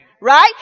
Right